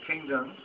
kingdom